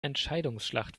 entscheidungsschlacht